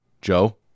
Joe